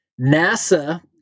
NASA